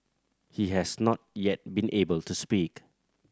he has not yet been able to speak